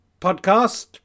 podcast